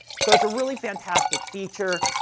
so it's a really fantastic feature.